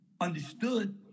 understood